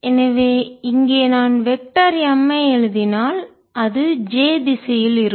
எனவே இங்கே நான் வெக்டர் M ஐ எழுதினால் அது j திசையில் இருக்கும்